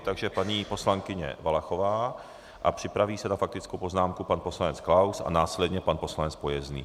Takže paní poslankyně Valachová a připraví se na faktickou poznámku pan poslanec Klaus a následně pan poslanec Pojezdný.